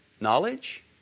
knowledge